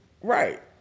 Right